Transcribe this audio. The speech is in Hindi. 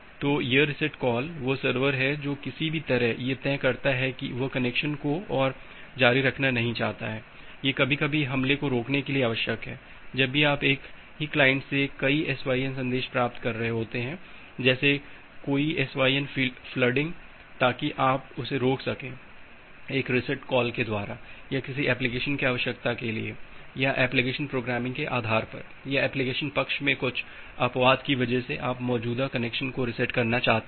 तो यह रीसेट कॉल वह सर्वर है जो किसी भी तरह यह तय करता है कि वह कनेक्शन को और जारी नहीं रखना चाहता है यह कभी कभी हमले को रोकने के लिए आवश्यक है जब भी आप एक ही क्लाइंट से कई SYN संदेश प्राप्त कर रहे होते हैं जैसे कोई SYN फल्डिंग ताकि आप उसे रोक सकें एक रीसेट कॉल के द्वारा या किसी एप्लिकेशन के आवश्यकता के लिए या एप्लिकेशन प्रोग्रामिंग के आधार पर या एप्लीकेशन पक्ष में कुछ अपवाद की वज़ह से आप मौजूदा कनेक्शन को रीसेट करना चाहते हैं